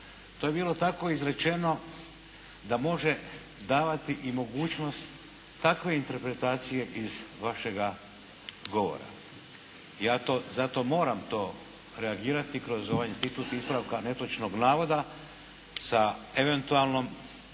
To je bilo tako izrečeno da može davati i mogućnost takve interpretacije iz vašega govora. Ja zato moram reagirati kroz ovaj institut netočnog navoda, sa eventualnom